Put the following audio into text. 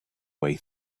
way